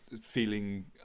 feeling